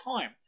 time